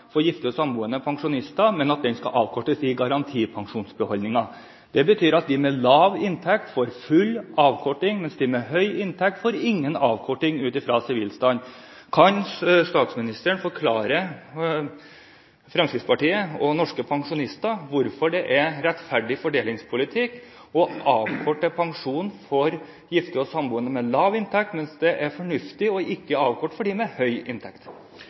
for gifte og samboende pensjonister, men den skal avkortes i forhold til garantipensjonen. Det betyr at de med lav inntekt får full avkorting, mens de med høy inntekt ikke får noen avkorting ut fra sivilstand. Kan statsministeren forklare Fremskrittspartiet og norske pensjonister hvorfor det er rettferdig fordelingspolitikk å avkorte pensjonen for gifte og samboende med lav inntekt, mens det er fornuftig ikke å avkorte for dem med høy inntekt?